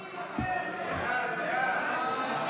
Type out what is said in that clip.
סעיפים 3 7 נתקבלו.